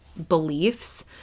beliefs